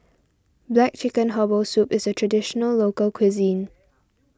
Black Chicken Herbal Soup is a Traditional Local Cuisine